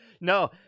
No